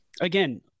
again